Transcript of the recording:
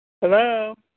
Hello